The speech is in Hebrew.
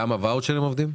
גם הוואוצ'רים עובדים?